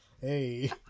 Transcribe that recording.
hey